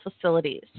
facilities